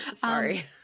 sorry